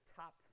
top